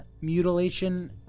mutilation